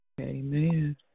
Amen